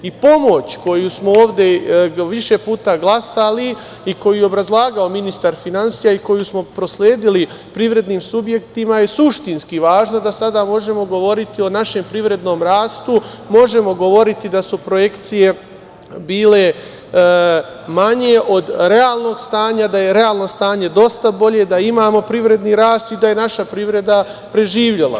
I pomoć koju smo ovde više puta glasali i koju je obrazlagao ministar finansija i koju smo prosledili privrednim subjektima je suštinski važna, da sada možemo govoriti o našem privrednom rastu, možemo govoriti da su projekcije bile manje od realnog stanja, da je realno stanje dosta bolje, da imamo privredni rast i da je naša privreda preživela.